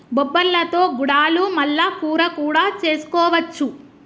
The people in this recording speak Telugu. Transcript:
బొబ్బర్లతో గుడాలు మల్ల కూర కూడా చేసుకోవచ్చు